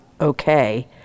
okay